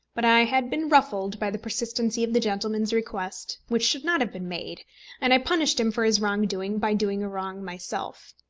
but i had been ruffled by the persistency of the gentleman's request which should not have been made and i punished him for his wrong-doing by doing a wrong myself.